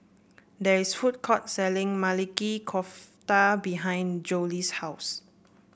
there is food court selling Maili Kofta behind Zollie's house